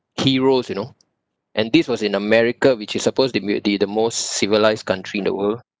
heroes you know and this was in america which is supposed to be the the most civilised country in the world